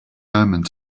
omens